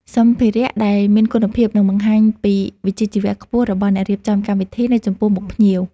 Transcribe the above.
សម្ភារៈដែលមានគុណភាពនឹងបង្ហាញពីវិជ្ជាជីវៈខ្ពស់របស់អ្នករៀបចំកម្មវិធីនៅចំពោះមុខភ្ញៀវ។